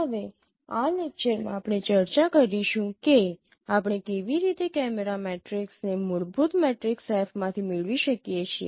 હવે આ લેક્ચરમાં આપણે ચર્ચા કરીશું કે આપણે કેવી રીતે કેમેરા મેટ્રિક્સ ને મૂળભૂત મેટ્રિક્સ F માંથી મેળવી શકીએ છીએ